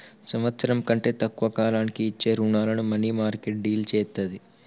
సంవత్సరం కంటే తక్కువ కాలానికి ఇచ్చే రుణాలను మనీమార్కెట్ డీల్ చేత్తది